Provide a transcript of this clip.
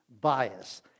bias